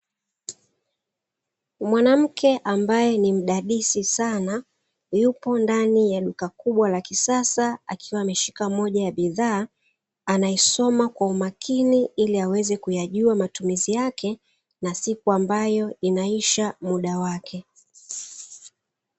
Mwanamke ambaye ni mdadisi sana, yupo ndani ya duka kubwa la kisasa akiwa ameshika moja ya bidhaa, anaisoma kwa umakini ili aweze kuyajua matumizi yake na siku ambayo inaisha muda wake.